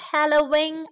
Halloween